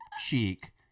cheek